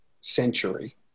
century